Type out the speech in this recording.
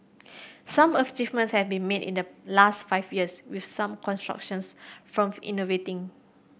some achievements have been made in the last five years with some constructions firms innovating